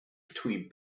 between